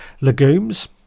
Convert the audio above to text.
legumes